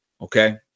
okay